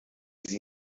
sie